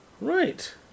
right